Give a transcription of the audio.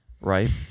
Right